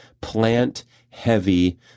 plant-heavy